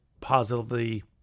positively